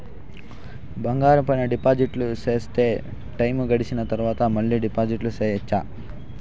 బంగారం పైన డిపాజిట్లు సేస్తే, టైము గడిసిన తరవాత, మళ్ళీ డిపాజిట్లు సెయొచ్చా?